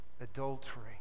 adultery